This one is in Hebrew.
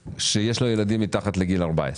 ילדים מתחת לגיל 14,